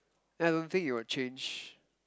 then I don't think it will change